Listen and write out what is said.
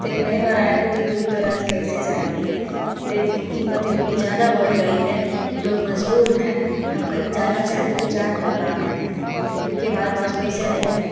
तेल नहीं भराएंगे तो दूर दराज कैसे जाएंगे तेल की कीमत इतनी ज़्यादा बढ़ गई है कि लोग मजबूर हैं हम कहीं जाना चाहें तो जा नहीं पा रहे हैं क्योंकि हमारे पास पैसा नहीं है